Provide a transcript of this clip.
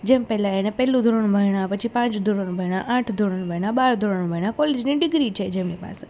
જેમ પહેલાં એણે પહેલું ધોરણ ભણ્યા પછી પાંચ ધોરણ ભણ્યા આઠ ધોરણ ભણ્યા બાર ધોરણ ભણ્યા કોલેજની ડિગ્રી છે જેમની પાસે